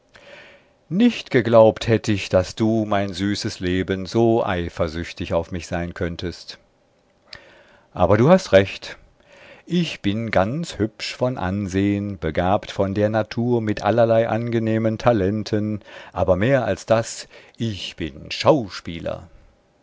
nicht geglaubt hätt ich daß du mein süßes leben so eifersüchtig auf mich sein könntest aber du hast recht ich bin ganz hübsch von ansehn begabt von der natur mit allerlei angenehmen talenten aber mehr als das ich bin